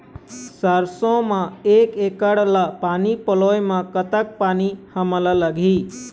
सरसों म एक एकड़ ला पानी पलोए म कतक पानी हमन ला लगही?